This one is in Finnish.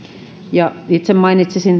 ja itse mainitsisin